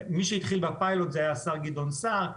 מי שהתחיל בפיילוט היה השר גדעון סער,